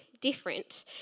different